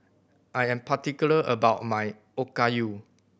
I am particular about my Okayu